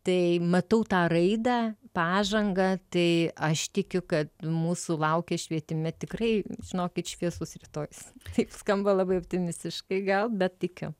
tai matau tą raidą pažangą tai aš tikiu kad mūsų laukia švietime tikrai žinokit šviesus rytojus tai skamba labai optimistiškai gal bet tikiu